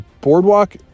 boardwalk